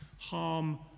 harm